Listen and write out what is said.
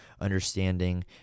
understanding